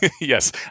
yes